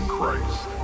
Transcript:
Christ